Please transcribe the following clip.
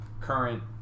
current